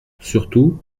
surtout